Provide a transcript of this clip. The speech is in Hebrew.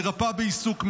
מרפאה בעיסוק,